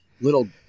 little